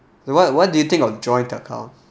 then what what do you think about joint account